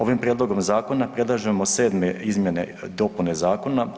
Ovim prijedlogom zakona predlažemo 7. izmjene i dopune zakona.